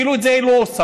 אפילו את זה היא לא עושה.